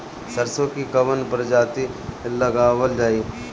सरसो की कवन प्रजाति लगावल जाई?